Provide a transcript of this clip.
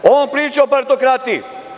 On priča o partokratiji.